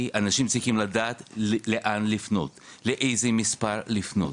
אנשים צריכים לדעת לאן לפנות, לאיזה מספר לפנות,